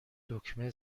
دکمه